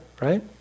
right